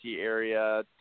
area